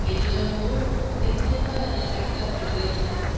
les deux amoureux n'écoutaient pas la respectable douairière